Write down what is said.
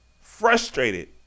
frustrated